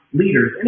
leaders